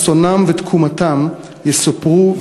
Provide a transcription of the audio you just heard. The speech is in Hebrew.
אסונם ותקומתם יסופרו,